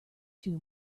too